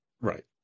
Right